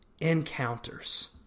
encounters